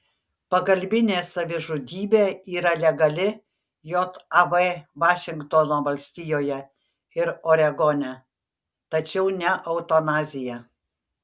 pagalbinė savižudybė yra legali jav vašingtono valstijoje ir oregone tačiau ne eutanazija